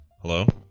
Hello